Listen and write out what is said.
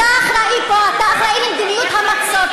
אתה אחראי פה, אתה אחראי למדיניות המצור.